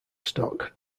stock